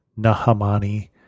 Nahamani